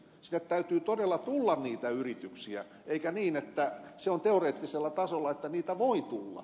sinne täytyy todella tulla niitä yrityksiä eikä niin että se on teoreettisella tasolla että niitä voi tulla